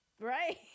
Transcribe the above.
Right